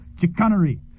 chicanery